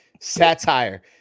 satire